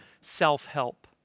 self-help